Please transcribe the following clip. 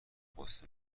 غصه